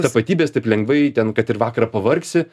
tapatybės taip lengvai ten kad ir į vakarą pavargsi